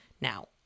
Now